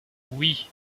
oui